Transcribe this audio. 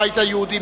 הבית היהודי,